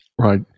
Right